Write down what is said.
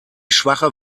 schwache